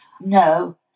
No